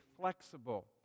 flexible